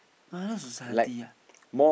moral society one